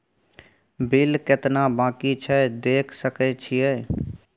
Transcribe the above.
Bill केतना बाँकी छै देख सके छियै?